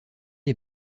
est